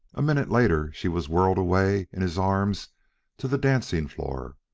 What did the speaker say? a minute later she was whirled away in his arms to the dancing-floor,